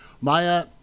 Maya